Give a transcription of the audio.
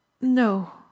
No